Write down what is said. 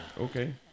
Okay